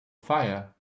fire